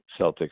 celtics